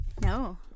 No